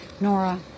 Nora